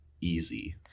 easy